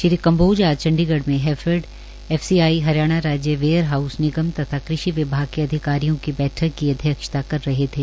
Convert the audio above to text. श्री कांबोज आज चंडीगढ़ में हैफेड एफसीआई हरियाणा राज्य वेयर हाऊस निगम तथा कृषि विभाग के अधिकारियों की बैठक की अध्यक्षता कर रहे थे